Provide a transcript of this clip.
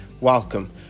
Welcome